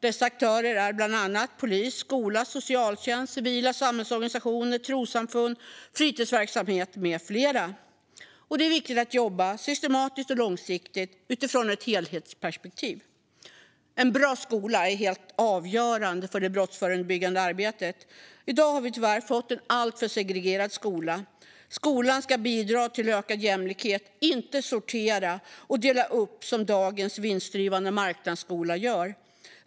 Dessa aktörer är polis, skola, socialtjänst, civila samhällsorganisationer, trossamfund, fritidsverksamhet med flera. Det är viktigt att jobba systematiskt och långsiktigt utifrån ett helhetsperspektiv. En bra skola är helt avgörande för det brottsförebyggande arbetet. I dag har vi tyvärr fått en alltför segregerad skola. Skolan ska bidra till ökad jämlikhet, inte sortera och dela upp som dagens vinstdrivande marknadsskola gör.